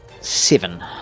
seven